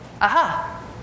aha